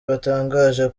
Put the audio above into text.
batangaje